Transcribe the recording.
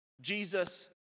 Jesus